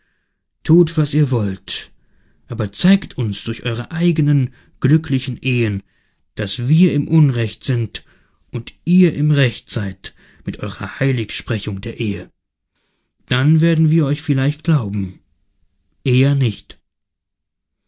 tut was ihr wollt aber zeigt uns durch eure eigenen glücklichen ehen daß wir im unrecht sind und ihr im recht seid mit eurer heiligsprechung der ehe dann werden wir euch vielleicht glauben eher nicht